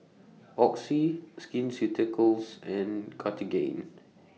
Oxy Skin Ceuticals and Cartigain